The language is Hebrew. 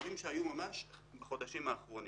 אלה דברים שהיו ממש בחודשים האחרונים.